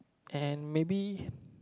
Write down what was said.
and maybe